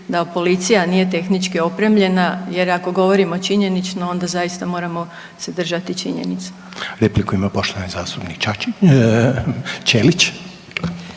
da policija nije tehnički opremljena jer ako govorimo činjenično onda zaista se moramo držati činjenica. **Reiner, Željko (HDZ)** Repliku ima poštovani zastupnik Ćelić.